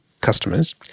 customers